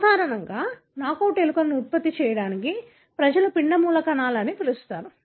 సాధారణంగా నాకౌట్ ఎలుకలను ఉత్పత్తి చేయడానికి ప్రజలు పిండ మూలకణాలు అని పిలుస్తారు